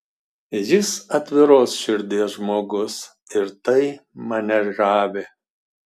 jis atviros širdies žmogus ir tai mane žavi